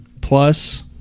plus